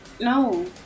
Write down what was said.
No